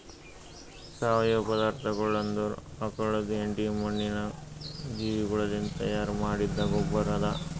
ಸಾವಯವ ಪದಾರ್ಥಗೊಳ್ ಅಂದುರ್ ಆಕುಳದ್ ಹೆಂಡಿ, ಮಣ್ಣಿನ ಜೀವಿಗೊಳಲಿಂತ್ ತೈಯಾರ್ ಮಾಡಿದ್ದ ಗೊಬ್ಬರ್ ಅದಾ